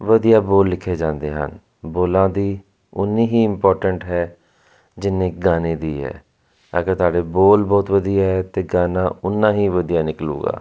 ਵਧੀਆ ਬੋਲ ਲਿਖੇ ਜਾਂਦੇ ਹਨ ਬੋਲਾਂ ਦੀ ਓਨੀ ਹੀ ਇਮਪੋਰਟੈਂਟ ਹੈ ਜਿੰਨੇ ਗਾਣੇ ਦੀ ਹੈ ਅਗਰ ਤੁਹਾਡੇ ਬੋਲ ਬਹੁਤ ਵਧੀਆ ਹੈ ਤਾਂ ਗਾਣਾ ਓਨਾ ਹੀ ਵਧੀਆ ਨਿਕਲੇਗਾ